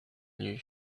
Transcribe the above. new